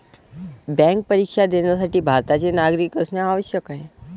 bank परीक्षा देण्यासाठी भारताचे नागरिक असणे आवश्यक आहे